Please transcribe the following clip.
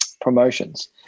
promotions